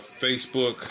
Facebook